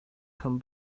come